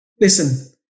Listen